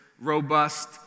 Robust